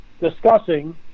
discussing